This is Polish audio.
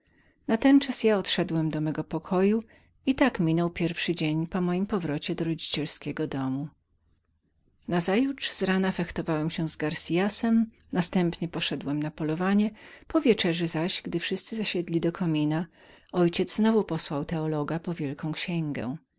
ich przykładem natenczas ja odszedłem do mego pokoju i tak minął pierwszy dzień powrotu do rodzicielskiego domu nazajutrz z rana fechtowałem się z garciasem następnie poszedłem na polowanie po wieczerzy zaś gdy wszyscy zasiedli koło komina mój ojciec znowu posłał teologa po wielką księgę